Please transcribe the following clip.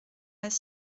pas